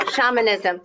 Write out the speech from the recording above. shamanism